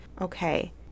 Okay